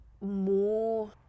more